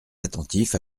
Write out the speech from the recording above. attentifs